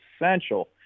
essential